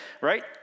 right